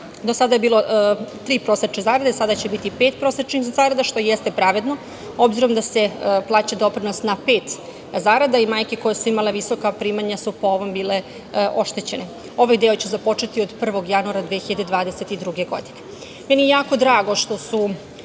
do sada je bilo tri prosečne zarade, sada će biti pet prosečnih zarada, što jeste pravedno, obzirom da se plaća doprinos na pet zarada i majke koje su imala visoka primanja po ovom su bile oštećene. Ovaj deo će započeti od 1. januara 2022. godine. Meni